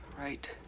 right